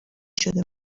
شده